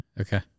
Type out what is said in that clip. Okay